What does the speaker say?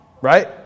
right